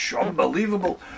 Unbelievable